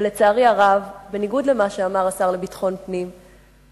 לצערי הרב, בניגוד למה שאמר השר לביטחון פנים,